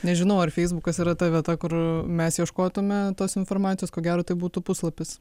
nežinau ar feisbukas yra ta vieta kur mes ieškotume tos informacijos ko gero tai būtų puslapis